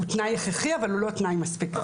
הוא תנאי הכרחי, אבל הוא לא תנאי מספיק.